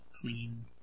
clean